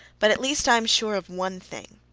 but at least i am sure of one thing.